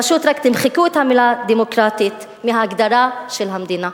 פשוט רק תמחקו את המלה "דמוקרטית" מההגדרה של המדינה.